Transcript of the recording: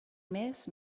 més